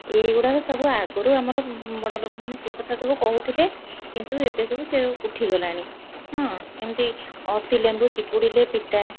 ଏଇଗୁଡ଼ାକ ସବୁ ଆଗରୁ ଆମର ବଡ଼ ଲୋକମାନେ ସେଇ କଥା ସବୁ କହୁଥିଲେ କିନ୍ତୁ ଏବେ ସବୁ ସେ ଉଠିଗଲାଣି ହଁ ଏମିତି ଅତି ଲେମ୍ବୁ ଚିପୁଡ଼ିଲେ ପିତା